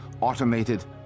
automated